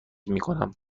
میکنم